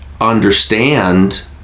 understand